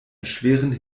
erschwerend